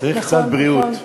צריך קצת בריאות.